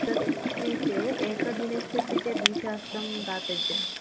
तत्कृते एकदिनस्य कृते द्विसहस्रं दातव्यं